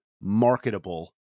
marketable